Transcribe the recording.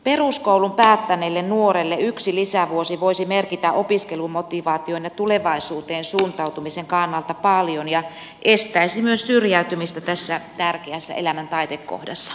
peruskoulun päättäneelle nuorelle yksi lisävuosi voisi merkitä opiskelumotivaation ja tulevaisuuteen suuntautumisen kannalta paljon ja se estäisi myös syrjäytymistä tässä tärkeässä elämän taitekohdassa